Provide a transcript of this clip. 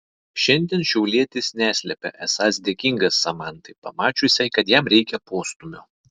šiandien šiaulietis neslepia esąs dėkingas samantai pamačiusiai kad jam reikia postūmio